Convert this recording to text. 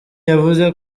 yavuze